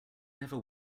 never